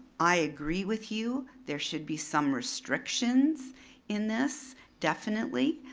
i agree with you, there should be some restrictions in this, definitely.